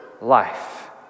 life